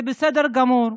זה בסדר גמור,